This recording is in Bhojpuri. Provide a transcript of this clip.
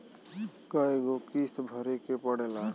कय गो किस्त भरे के पड़ेला?